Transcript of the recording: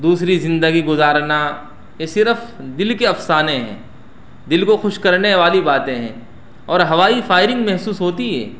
دوسری زندگی گزارنا یہ صرف دل کے افسانے ہیں دل کو خوش کرنے والی باتیں ہیں اور ہوائی فائرنگ محسوس ہوتی ہے